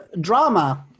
Drama